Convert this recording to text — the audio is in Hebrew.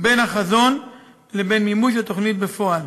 בין החזון לבין מימוש התוכנית בפועל: